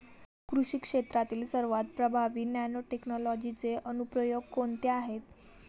कृषी क्षेत्रातील सर्वात प्रभावी नॅनोटेक्नॉलॉजीचे अनुप्रयोग कोणते आहेत?